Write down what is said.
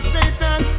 Satan